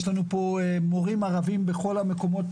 יש לנו פה מורים ערביים בכל המקומות,